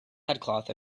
headcloth